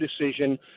decision